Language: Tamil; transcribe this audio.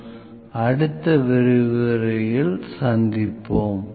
நாம் அளவியலில் புள்ளிவிவர பகுதிகளைப் பற்றி மேலும் விவாதிப்போம்